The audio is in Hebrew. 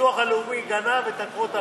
הביטוח הלאומי גנב מעקרות הבית,